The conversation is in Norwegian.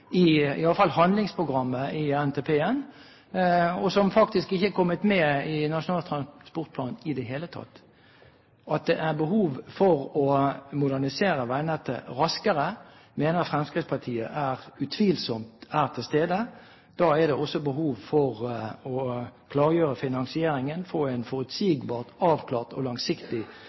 med, iallfall i handlingsprogrammet for Nasjonal transportplan. De har faktisk ikke kommet med i Nasjonal transportplan i det hele tatt. Behovet for å modernisere veinettet raskere mener Fremskrittspartiet utvilsomt er til stede. Da er det også behov for å klargjøre finansieringen, få en forutsigbar, avklart og langsiktig